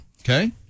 Okay